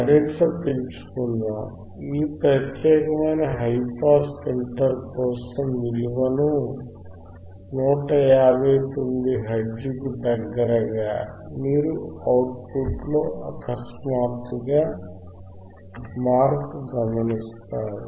మరింత పెంచుదాం ఈ ప్రత్యేకమైన హై పాస్ ఫిల్టర్ కోసం విలువను 159 హెర్ట్జ్కు దగ్గరగా మీరు అవుట్ పుట్ లో అకస్మాత్తుగా మార్పు గమనిస్తారు